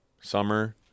summer